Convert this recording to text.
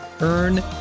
Earn